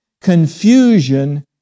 confusion